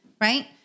Right